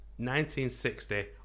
1960